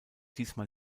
diesmal